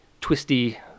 twisty